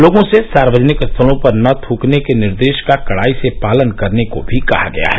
लोगों से सार्वजनिक स्थलों पर न थूकने के निर्देश का कड़ाई से पालन करने को भी कहा गया है